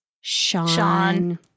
Sean